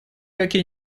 какие